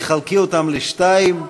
חלקי אותן לשתיים.